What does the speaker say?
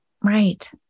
right